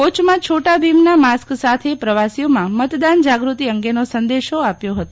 કોચમાં છોટા ભીમના માસ્ક સાથે પ્રવાસીઓમાં મતદાન જાગૃતિ અંગેનો સંદેશો આપ્યો હતો